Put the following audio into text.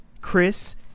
Chris